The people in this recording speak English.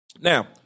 Now